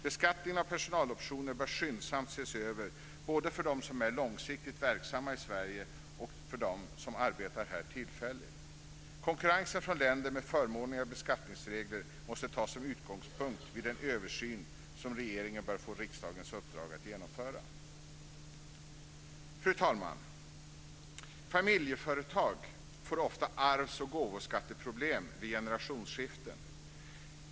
Beskattningen av personaloptioner bör skyndsamt ses över både för dem som är långsiktigt verksamma i Sverige och för dem som arbetar här tillfälligt. Konkurrensen från länder med förmånligare beskattningsregler måste tas som utgångspunkt vid den översyn som regeringen bör få riksdagens uppdrag att genomföra. Fru talman! Familjeföretag får ofta arvs och gåvoskatteproblem vid generationsskiften.